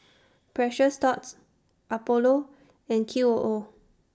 Precious Thots Apollo and Q O O